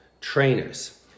trainers